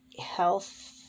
health